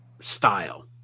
style